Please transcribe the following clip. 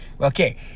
Okay